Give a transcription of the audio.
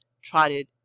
Trotted